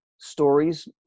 stories